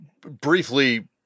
briefly